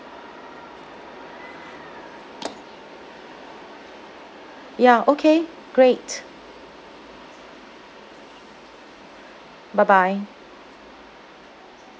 ya okay great bye bye